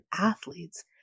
athletes